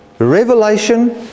Revelation